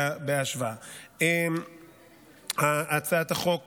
נוסף על כך הצעת החוק